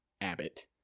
abbott